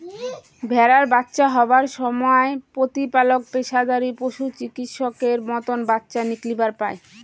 ভ্যাড়ার বাচ্চা হবার সমায় প্রতিপালক পেশাদারী পশুচিকিৎসকের মতন বাচ্চা নিকলিবার পায়